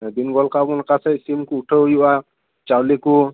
ᱫᱤᱱ ᱦᱚᱞᱠᱟᱞᱚᱢ ᱚᱠᱟ ᱥᱮᱫ ᱥᱤᱢ ᱠᱚ ᱩᱴᱷᱟᱹᱣ ᱦᱩᱭᱩᱜᱼᱟ ᱪᱟᱣᱞᱮ ᱠᱚ